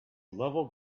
level